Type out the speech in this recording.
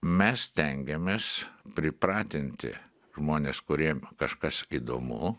mes stengiamės pripratinti žmones kuriem kažkas įdomu